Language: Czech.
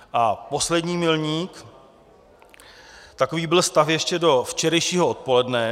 A poslední milník takový byl stav ještě do včerejšího odpoledne.